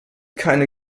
keine